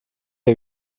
der